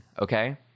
okay